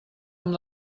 amb